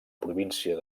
província